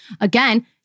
again